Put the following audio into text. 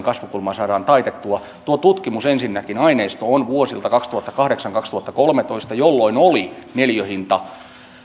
kasvukulmaa saadaan taitettua toteutuu tuo tutkimus ensinnäkin aineisto on vuosilta kaksituhattakahdeksan viiva kaksituhattakolmetoista jolloin oli